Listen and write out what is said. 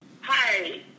Hi